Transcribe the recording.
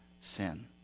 sin